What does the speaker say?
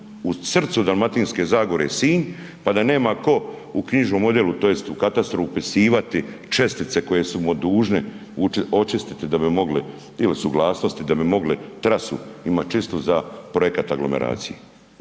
u srcu Dalmatinske zagore, Sinj, pa da nema tko u knjižnom odjelu, tj. u katastru upisivati čestice koje su mu dužne očistiti da bi mogli, ili suglasnosti, da bi mogle trasu imati čistu za projekat aglomeracije.